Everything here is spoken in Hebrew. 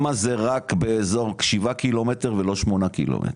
רק באזור כשבעה ק"מ, ולא שמונה ק"מ?